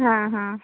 হ্যাঁ হ্যাঁ